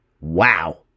Wow